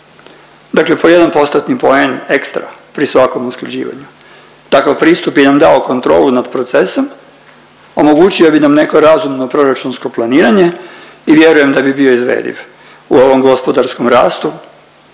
Dakle po 1 postotni poen ekstra pri svakom usklađivanju. Takav pristup bi nam dao kontrolu nad procesom, omogućio bi nam neko razumno proračunsko planiranje i vjerujem da bi bio izvediv u ovom gospodarskom rastu